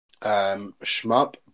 shmup